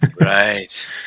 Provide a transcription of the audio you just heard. Right